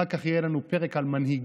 אחר כך יהיה לנו פרק על מנהיגות,